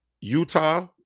Utah